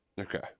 Okay